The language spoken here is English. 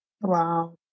Wow